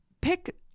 Pick